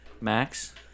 Max